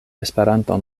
esperanto